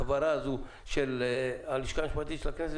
הכברה של הלשכה המשפטית של הכנסת,